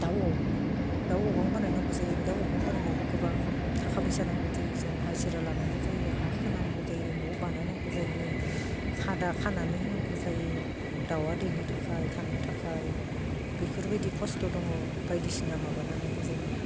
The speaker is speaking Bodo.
दाउ अग्रं बानायनांगौ जायो बे दाउ अग्रं बानायनायावबो गोबां थाखा फैसा नांगौ जायो जों हाजिरा लानांगौ जायो हा खोनांगौ जायो न' बानायनांगौ जायो खादा खानानै होनांगौ जायो दाउआ दैनो थाखाय थानो थाखाय बेफोरबायदि खस्त' दङ बायदिसिना माबानायनि गेजेराव